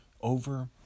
over